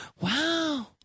wow